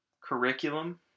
curriculum